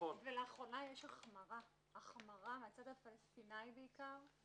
נכון, ולאחרונה יש החמרה בצד הפלסטיני בעיקר,